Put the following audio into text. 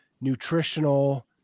nutritional